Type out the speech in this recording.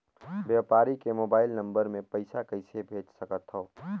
व्यापारी के mobile number मे पईसा कइसे भेज सकथव?